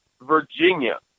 Virginia